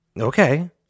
Okay